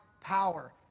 power